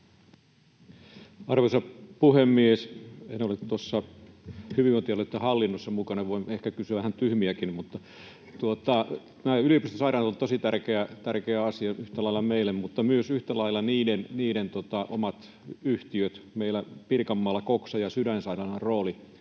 Arvoisa puhemies! En ole hyvinvointialueitten hallinnossa mukana — voin ehkä kysyä vähän tyhmiäkin. Nämä yliopistosairaalat ovat tosi tärkeä asia yhtä lailla meille, mutta myös yhtä lailla niiden omat yhtiöt. Meillä Pirkanmaalla Coxan ja Sydänsairaalan rooli